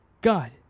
God